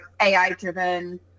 AI-driven